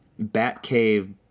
Batcave